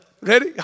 Ready